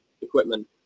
equipment